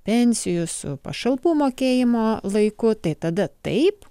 pensijų su pašalpų mokėjimo laiku tai tada taip